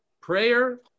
prayer